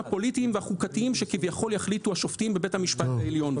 הפוליטיים והחוקתיים שכביכול יחליטו השופטים בבית המשפט העליון.